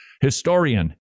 Historian